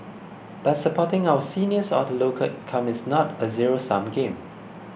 but supporting our seniors or the lower income is not a zero sum game